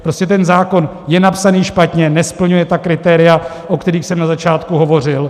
Prostě ten zákon je napsaný špatně, nesplňuje kritéria, o kterých jsem na začátku hovořil.